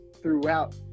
throughout